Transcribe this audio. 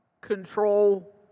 control